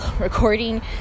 recording